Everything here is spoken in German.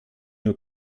nur